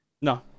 no